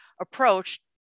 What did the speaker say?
approach